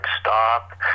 stop